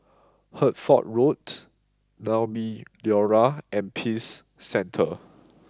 Hertford Road Naumi Liora and Peace Centre